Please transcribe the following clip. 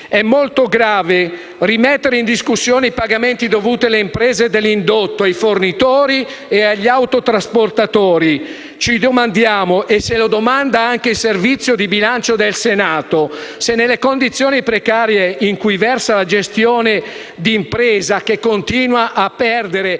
È molto grave rimettere in discussione i pagamenti dovuti alle imprese dell'indotto, ai fornitori e agli autotrasportatori. Ci domandiamo - e se lo domanda anche il Servizio di bilancio del Senato - se, nelle condizioni precarie in cui versa la gestione di impresa, che continua a perdere